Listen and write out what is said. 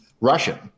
Russian